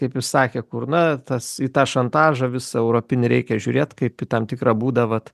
kaip jis sakė kur na tas į tą šantažą visą europinį reikia žiūrėt kaip į tam tikrą būdą vat